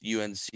UNC